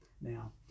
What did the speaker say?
Now